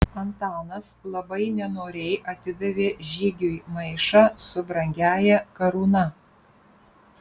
antanas labai nenoriai atidavė žygiui maišą su brangiąja karūna